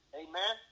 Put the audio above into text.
amen